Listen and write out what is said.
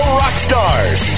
rockstars